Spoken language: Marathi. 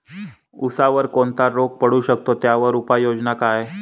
ऊसावर कोणता रोग पडू शकतो, त्यावर उपाययोजना काय?